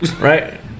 right